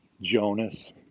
Jonas